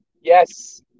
Yes